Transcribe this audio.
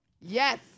Yes